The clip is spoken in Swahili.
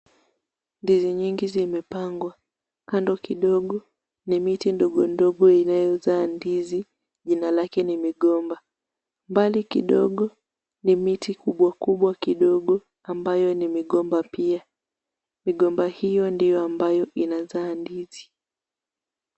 Ndizi nyingi zimepangwa. Kando kidogo, ni miti ndogo ndogo inayozaa ndizi, jina lake ni migomba. Mbali kidogo, ni miti kubwa kubwa kidogo, ambayo ni migomba pia. Migomba hiyo ndio ambayo inazaa ndizi.